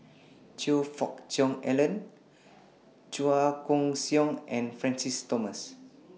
Choe Fook Cheong Alan Chua Koon Siong and Francis Thomas